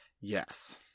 Yes